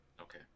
Okay